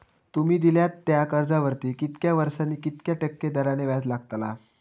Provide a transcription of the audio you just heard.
तुमि दिल्यात त्या कर्जावरती कितक्या वर्सानी कितक्या टक्के दराने व्याज लागतला?